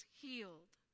healed